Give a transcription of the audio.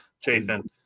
Chafin